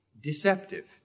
deceptive